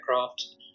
aircraft